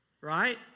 Right